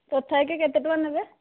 ତଥାପି କେତେ ଟଙ୍କା ନେବେ